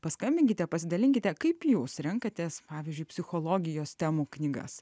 paskambinkite pasidalinkite kaip jūs renkatės pavyzdžiui psichologijos temų knygas